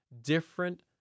different